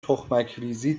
تخمکریزی